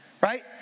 right